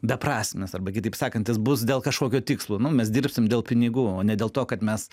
beprasmis arba kitaip sakant jis bus dėl kažkokio tikslo nu mes dirbsim dėl pinigų o ne dėl to kad mes